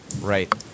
right